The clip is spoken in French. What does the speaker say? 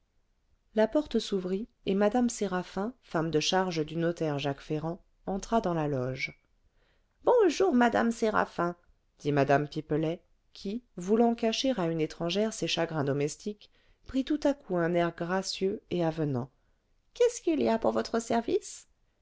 la porte s'ouvrit et mme séraphin femme de charge du notaire jacques ferrand entra dans la loge bonjour madame séraphin dit mme pipelet qui voulant cacher à une étrangère ses chagrins domestiques prit tout à coup un air gracieux et avenant qu'est-ce qu'il y a pour votre service